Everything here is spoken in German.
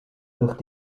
durch